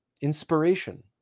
Inspiration